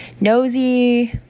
nosy